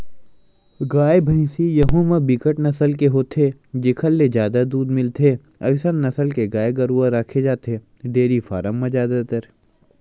गाय, भइसी यहूँ म बिकट नसल के होथे जेखर ले जादा दूद मिलथे अइसन नसल के गाय गरुवा रखे जाथे डेयरी फारम म जादातर